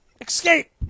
Escape